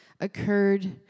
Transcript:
occurred